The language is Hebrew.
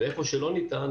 ואיפה שלא ניתן,